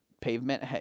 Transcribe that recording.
pavement